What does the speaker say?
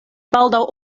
baldaŭ